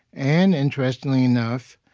and, interestingly enough,